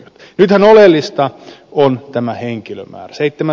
nythän oleellista on henkilömäärä